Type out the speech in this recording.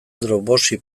dropboxi